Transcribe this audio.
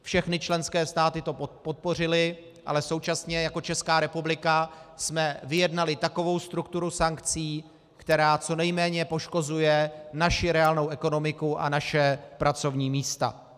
Všechny členské státy to podpořily, ale současně jako Česká republika jsme vyjednali takovou strukturu sankcí, která co nejméně poškozuje naši reálnou ekonomiku a naše pracovní místa.